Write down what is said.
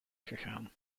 gegaan